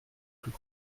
plus